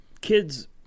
Kids